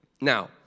Now